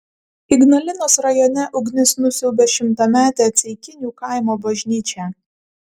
ignalinos rajone ugnis nusiaubė šimtametę ceikinių kaimo bažnyčią